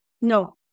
no